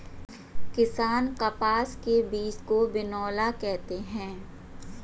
किसान कपास के बीज को बिनौला कहते है